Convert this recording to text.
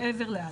מעבר לא'.